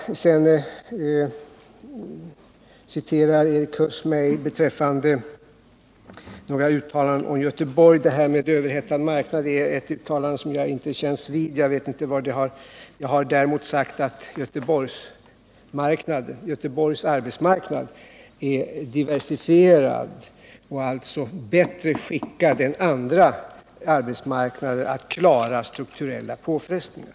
Erik Huss citerade några uttalanden av mig om Göteborg. Uttalandet om överhettad marknad är ett uttalande som jag inte känns vid. Jag vet inte varifrån det kommer. Jag har däremot sagt att Göteborgs arbetsmarknad är diversifierad och alltså bättre skickad än andra arbetsmarknader att klara strukturella påfrestningar.